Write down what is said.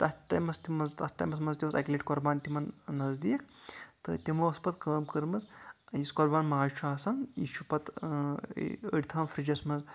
تَتھ ٹایمس تہِ منٛز تَتھ ٹایمَس منٛز تہِ اوس اکہِ لَٹہِ قۄربان تِمن نَزدیٖک تہٕ تِمو ٲس پَتہٕ کٲم کٔرمٕژ یُس قۄربان ماز چُھ آسان یہِ چھُ پَتہٕ أڈۍ تھاوان فرِجس منٛز